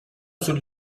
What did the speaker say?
sul